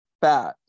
fat